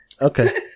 Okay